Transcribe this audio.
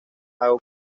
como